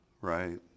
right